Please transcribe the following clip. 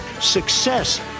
Success